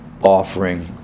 offering